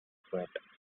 poet